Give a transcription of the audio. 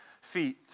feet